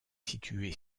situé